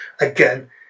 Again